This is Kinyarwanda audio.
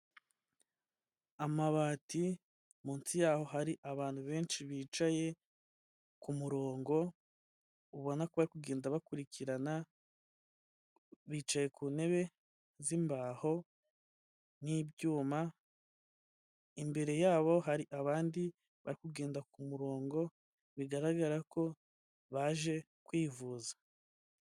Amabati munsi yaho hari abantu benshi bicaye ku murongo ubona kugenda bakurikirana bicaye ku ntebe zimbaho n'ibyuma, imbere yabo hari abandi bari kugenda ku murongo bigaragara ko baje kwivuza.